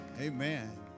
Amen